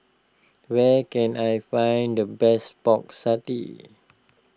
where can I find the best Pork Satay